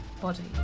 body